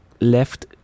left